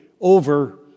over